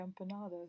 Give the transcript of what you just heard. empanadas